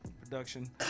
production